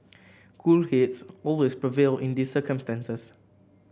cool heads always prevail in these circumstances